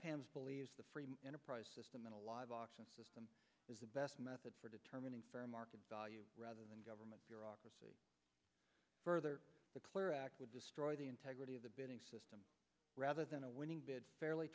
pan's believe the free enterprise system in a live auction system is the best method for determining fair market value rather than government bureaucracy further the clear act would destroy the integrity of the bidding system rather than a winning bid fairly